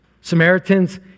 Samaritans